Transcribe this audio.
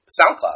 SoundCloud